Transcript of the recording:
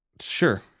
Sure